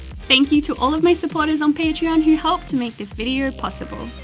thank you to all of my supporters on patreon who helped to make this video possible.